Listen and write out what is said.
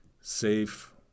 safe